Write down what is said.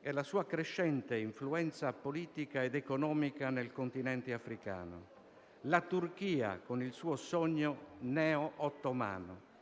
e la sua crescente influenza politica ed economica nel continente africano; la Turchia con il suo sogno neo-ottomano;